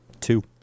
Two